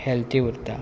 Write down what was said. हॅल्ती उरता